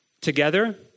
Together